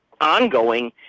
ongoing